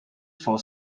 for